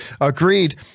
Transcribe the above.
agreed